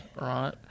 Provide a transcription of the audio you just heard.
Right